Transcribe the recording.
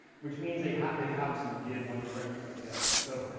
which means they have they have some give one direction or the other. so,